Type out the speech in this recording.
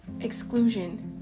Exclusion